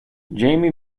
jamie